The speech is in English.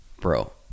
bro